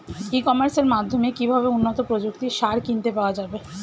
ই কমার্সের মাধ্যমে কিভাবে উন্নত প্রযুক্তির সার কিনতে পাওয়া যাবে?